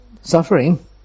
suffering